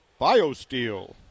BioSteel